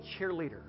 cheerleader